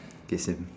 K same